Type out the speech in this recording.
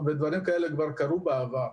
דברים כאלה כבר קרו בעבר.